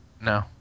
no